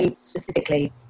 specifically